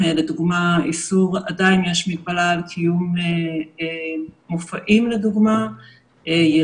לדוגמה עדיין יש מגבלה על קיום מופעים וירידים.